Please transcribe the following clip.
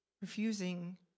refusing